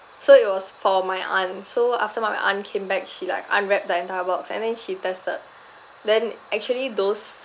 so it was for my aunt so after my aunt came back she like unwrap the entire box and then she tested then actually those